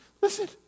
Listen